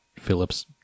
Phillips